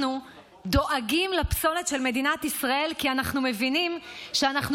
אנחנו דואגים לפסולת של מדינת ישראל כי אנחנו מבינים שאנחנו